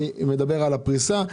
אני מדבר על הפריסה,